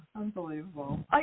Unbelievable